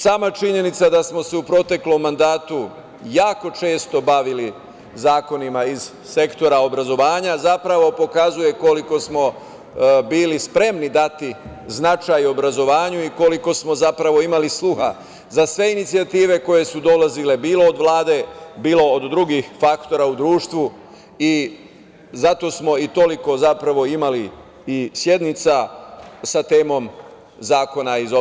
Sama činjenica da smo se u proteklom mandatu jako često bavili zakonima iz sektora obrazovanja, zapravo pokazuje koliko smo bili spremni dati značaj obrazovanju i koliko smo zapravo imali sluha za sve inicijative koje su dolazile, bilo od drugih faktora u društvu i zato smo i toliko zapravo imali sednica sa temom zakona iz